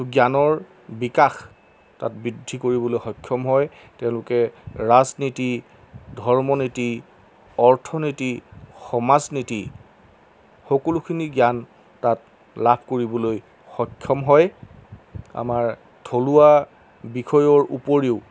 জ্ঞানৰ বিকাশ তাত বৃদ্ধি কৰিবলৈ সক্ষম হয় তেওঁলোকে ৰাজনীতি ধৰ্মনীতি অৰ্থনীতি সমাজ নীতি সকলোখিনি জ্ঞান তাত লাভ কৰিবলৈ সক্ষম হয় আমাৰ থলুৱা বিষয়ৰ উপৰিও